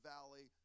Valley